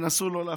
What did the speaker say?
תנסו לא להפריע,